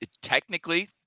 technically